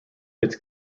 its